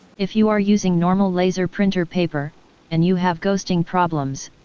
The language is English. if you are using normal laser printer paper and you have ghosting problems,